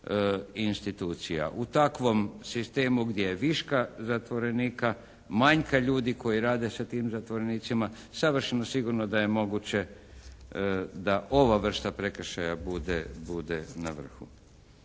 U takvom sistemu gdje je viška zatvorenika manjka ljudi koji rade sa tim zatvorenicima. Savršeno sigurno da je moguće da ova vrsta prekršaja bude na vrhu.